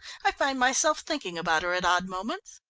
i find myself thinking about her at odd moments,